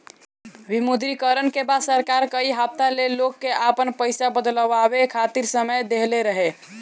विमुद्रीकरण के बाद सरकार कई हफ्ता ले लोग के आपन पईसा बदलवावे खातिर समय देहले रहे